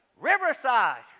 Riverside